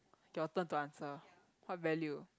your turn to answer what value